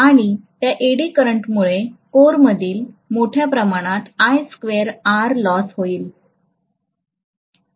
आणि त्या एडी करंटमुळे कोरमधील मोठ्या प्रमाणात I स्क्वेअर R लॉस होईल